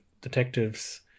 detectives